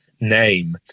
name